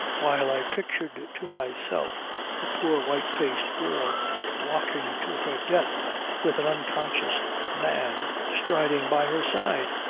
while i pictured to myself a poor white-faced girl walking to her death with an unconscious man striding by her side.